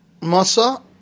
masa